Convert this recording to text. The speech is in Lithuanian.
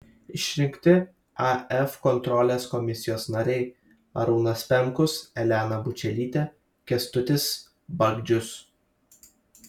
išrinkti af kontrolės komisijos nariai arūnas pemkus elena bučelytė kęstutis bagdžius